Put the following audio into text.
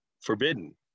forbidden